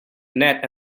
net